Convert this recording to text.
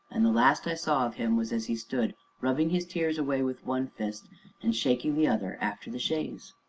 and the last i saw of him was as he stood rubbing his tears away with one fist and shaking the other after the chaise.